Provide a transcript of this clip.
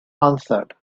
answered